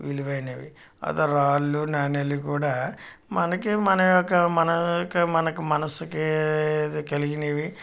విలువైనవి అది రాళ్ళు నాణ్యాలు కూడా మనకే మన యొక్క మన యొక్క మనకి మనసుకి కలిగినవి